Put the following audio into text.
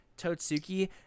Totsuki